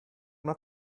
not